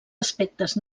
aspectes